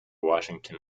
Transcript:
washington